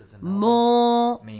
more